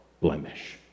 blemish